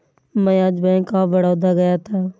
मैं आज bank of Baroda गया था